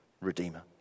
redeemer